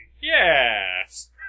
Yes